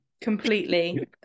completely